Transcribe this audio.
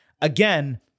Again